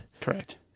Correct